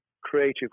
creative